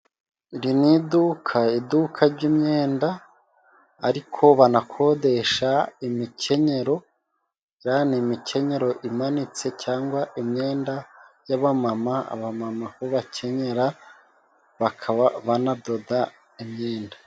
Iri ni iduka, iduka ry'imyenda, ariko banakodesha imikenyero ziriya ni imikenyero imanitse, cyangwa imyenda y'abamama. Abamama aho bakenyera bakaba banadoda imyenda.